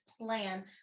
plan